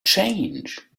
change